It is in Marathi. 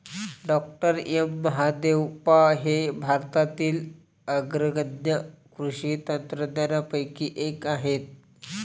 डॉ एम महादेवप्पा हे भारतातील अग्रगण्य कृषी शास्त्रज्ञांपैकी एक आहेत